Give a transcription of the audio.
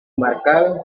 marcado